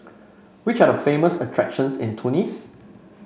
which are the famous attractions in Tunis